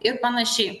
ir panašiai